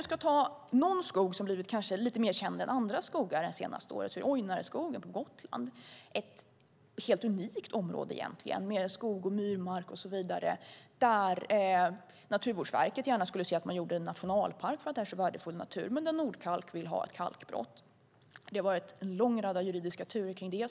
En skog som blivit lite mer känd än andra skogar det senaste året är Ojnareskogen på Gotland. Det är ett helt unikt område med skog, myrmark och så vidare. Naturvårdsverket ser gärna att man gör nationalpark av denna värdefulla natur medan Nordkalk vill ha ett kalkbrott. Det har varit en lång radda juridiska turer kring detta.